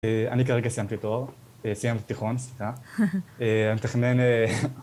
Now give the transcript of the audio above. ‫אני כרגע סיימתי תואר, ‫סיימתי תיכון, סליחה. ‫אני מתכנן...